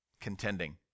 contending